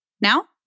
Now